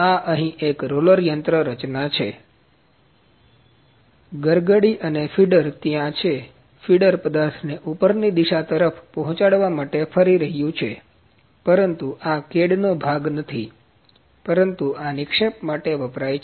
આ અહીં એક રોલર યંત્રરચના છે ગરગડી અને ફીડર ત્યાં છે ફીડર પદાર્થને ઉપરની દિશા તરફ પહોંચાડવા માટે ફરી રહ્યું છે પરંતુ આ CADનો ભાગ નથી પરંતુ આ નિક્ષેપ માટે વપરાય છે